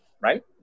right